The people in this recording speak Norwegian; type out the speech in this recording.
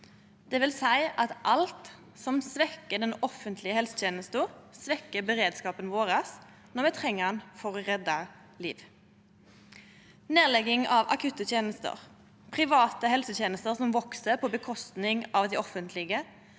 alt som svekkjer den offentlege helsetenesta, svekkjer beredskapen vår når me treng han for å redde liv. Nedlegging av akutte tenester, private helsetenester som veks slik at det går ut over dei offentlege,